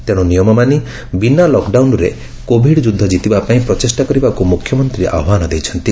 ତେଣୁ ନିୟମମାନି ବିନା ଲକ୍ଡାଉନ୍ରେ କୋଭିଡ୍ ଯୁଦ୍ଧ ଜିତିବା ପାଇଁ ପ୍ରଚେଷ୍ଟା କରିବାକୁ ମୁଖ୍ୟମନ୍ତ୍ରୀ ଆହ୍ଚାନ ଦେଇଛନ୍ତି